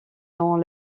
dans